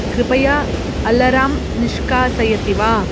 कृपया अलरां निष्कासयति वा